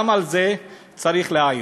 גם על זה צריך להעיר.